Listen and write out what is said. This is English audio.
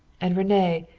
and rene,